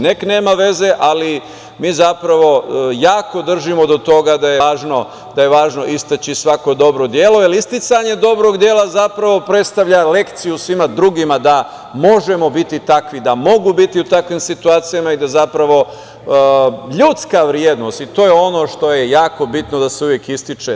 Nek nema veze, ali mi zapravo jako držimo do toga da je važno istaći svako dobro delo, jer isticanje dobrog dela predstavlja lekciju svima drugima da možemo biti takvi, da mogu biti u takvim situacijama i da ljudska vrednost, i to je ono što je jako bitno da se uvek ističe.